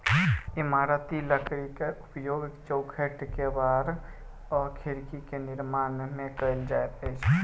इमारती लकड़ीक उपयोग चौखैट, केबाड़ आ खिड़कीक निर्माण मे कयल जाइत अछि